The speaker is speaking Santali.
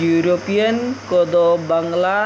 ᱤᱭᱩᱨᱳᱯᱤᱭᱟᱱ ᱠᱚᱫᱚ ᱵᱟᱝᱞᱟ